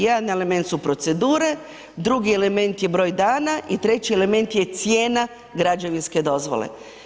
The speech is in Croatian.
Jedan element su procedure, drugi element je broj dana i treći element je cijena građevinske dozvole.